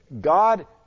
God